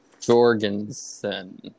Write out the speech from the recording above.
Jorgensen